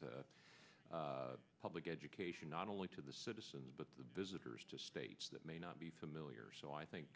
but public education not only to the citizens but the visitors to states that may not be familiar so i think